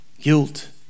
guilt